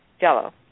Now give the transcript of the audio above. jello